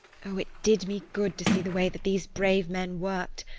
oh, it did me good to see the way that these brave men worked.